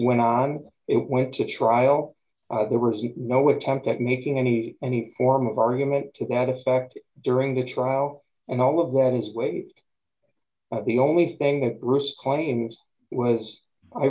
went on it went to trial there were no attempt at making any any form of argument to that effect during the trial and all of that is waived the only thing that wrist claims was i